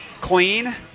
clean